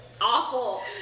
awful